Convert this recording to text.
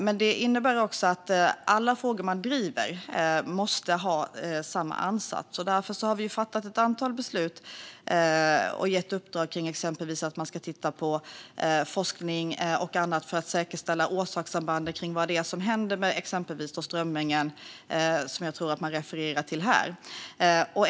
Men det innebär också att alla frågor man driver måste ha samma ansats. Därför har vi fattat ett antal beslut. Vi har till exempel gett uppdrag att titta på forskning och annat för att klargöra orsakssambanden kring vad det är som händer med exempelvis strömmingen, som jag tror att man refererar till här.